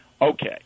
Okay